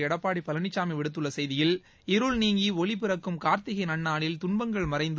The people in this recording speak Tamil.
எடப்பாடி பழனிசாமி விடுத்துள்ள செய்தியில் இருள்நீங்கி ஒளி பிறக்கும் கார்த்திகை நன்னாளில் துன்பங்கள் மறைந்து